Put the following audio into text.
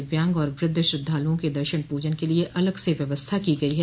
दिव्यांग और वृद्ध श्रद्वालुओं के दर्शन पूजन के लिए अलग से व्यवस्था की गयी है